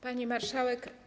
Pani Marszałek!